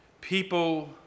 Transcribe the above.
people